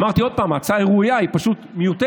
אמרתי עוד פעם: ההצעה היא ראויה, היא פשוט מיותרת.